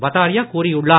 பதாரியா கூறியுள்ளார்